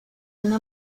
una